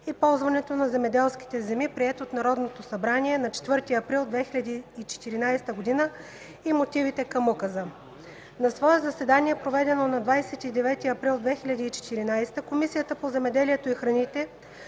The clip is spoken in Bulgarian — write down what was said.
и ползването на земеделските земи, приет от Народното събрание на 4 април 2014 г., и мотивите към указа На свое заседание, проведено на 29 април 2014 г., Комисията по земеделието и храните